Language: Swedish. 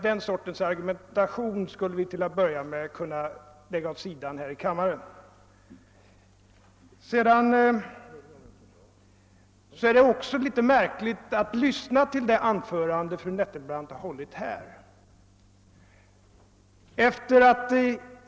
Den sortens argumentation borde vi till att börja med kunna lägga åt sidan här i kammaren. Det har varit litet märkligt att lyssna till det anförande fru Nettelbrandt har hållit här.